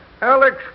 Alex